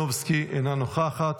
עידן רול, אינו נוכח,